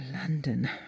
london